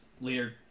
later